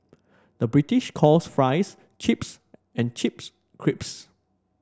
the British calls fries chips and chips crisps